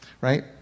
Right